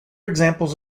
examples